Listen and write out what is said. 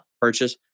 purchase